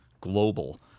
global